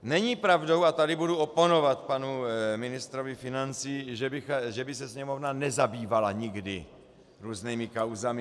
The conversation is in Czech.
Není pravdou, a tady budu oponovat panu ministru financí, že by se Sněmovna nezabývala nikdy různými kauzami.